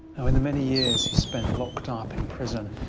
now, in the many years he spent locked up in prison,